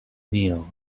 kneel